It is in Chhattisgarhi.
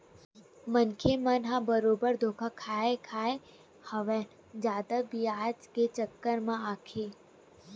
मनखे मन ह बरोबर धोखा खाय खाय हवय जादा बियाज के चक्कर म आके